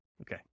Okay